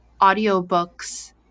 audiobooks